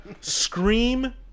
scream